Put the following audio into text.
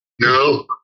No